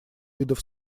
видов